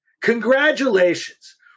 Congratulations